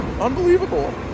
Unbelievable